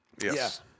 yes